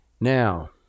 Now